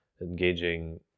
engaging